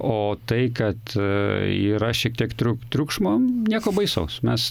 o tai kad yra šiek tiek triu triukšmams nieko baisaus mes